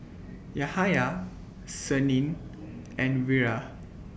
Yahaya Senin and Wira